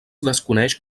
desconeix